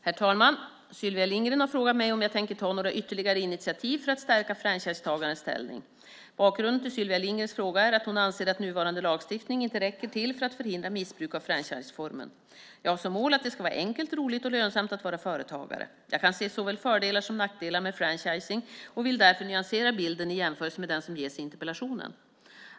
Herr talman! Sylvia Lindgren har frågat mig om jag tänker ta några ytterligare initiativ för att stärka franchisetagarnas ställning. Bakgrunden till Sylvia Lindgrens fråga är att hon anser att nuvarande lagstiftning inte räcker till för att förhindra missbruk av franchiseformen. Jag har som mål att det ska vara enkelt, roligt och lönsamt att vara företagare. Jag kan se såväl fördelar som nackdelar med franchising och vill därför nyansera bilden i jämförelse med den som ges i interpellationen.